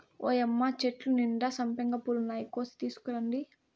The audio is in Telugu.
ఓయ్యమ్మ చెట్టు నిండా సంపెంగ పూలున్నాయి, కోసి తీసుకురండి